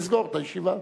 לסגור את הישיבה,